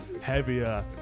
heavier